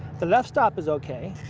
the left stop is ok,